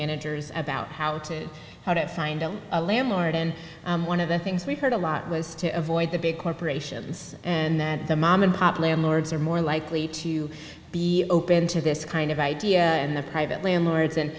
managers about how to how to find a landlord in one of the things we've heard a lot was to avoid the big corporations and that the mom and pop landlords are more likely to be open to this kind of idea and the private landlords and